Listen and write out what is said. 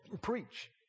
preach